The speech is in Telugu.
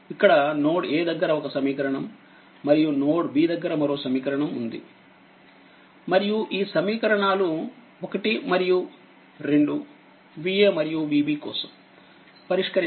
ఇక్కడ నోడ్ a దగ్గర ఒక సమీకరణం మరియు నోడ్ b మరో సమీకరణం ఉంది మరియు ఈ సమీకరణాలు 1మరియు2VaమరియుVb కోసం పరిష్కరించండి